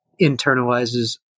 internalizes